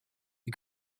you